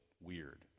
weird